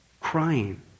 Crying